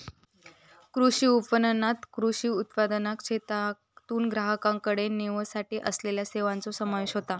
कृषी विपणणात कृषी उत्पादनाक शेतातून ग्राहकाकडे नेवसाठी असलेल्या सेवांचो समावेश होता